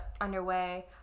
underway